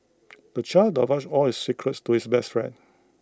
the child divulged all his secrets to his best friend